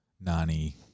nani